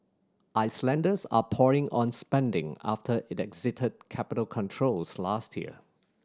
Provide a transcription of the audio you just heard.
Icelanders are pouring on spending after it exited capital controls last year